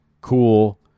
cool